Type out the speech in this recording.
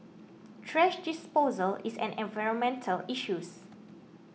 thrash disposal is an environmental issues